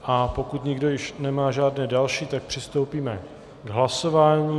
A pokud nikdo již nemá žádné další, tak přistoupíme k hlasování.